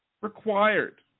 required